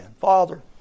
Father